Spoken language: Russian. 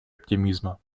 оптимизма